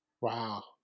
Wow